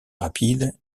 rapides